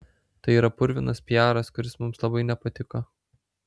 tai yra purvinas piaras kuris mums labai nepatiko